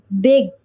big